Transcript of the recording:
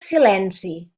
silenci